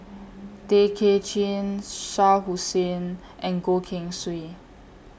Tay Kay Chin Shah Hussain and Goh Keng Swee